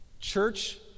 Church